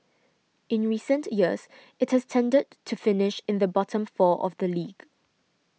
in recent years it has tended to finish in the bottom four of the league